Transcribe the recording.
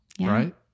Right